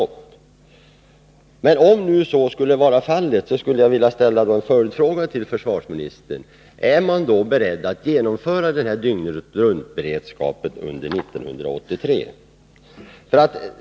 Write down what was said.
Om så skulle vara fallet vill jag ställa en följdfråga till försvarsministern: Är regeringen då beredd att genomföra dygnetruntberedskap under 1983?